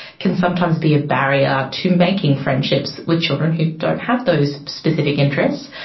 can sometimes be a barrier to making friendships with children who don't have those specific interests.